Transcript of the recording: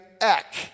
Eck